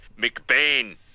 McBain